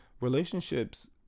relationships